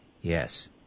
Yes